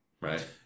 right